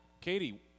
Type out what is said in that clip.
Katie